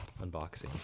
Unboxing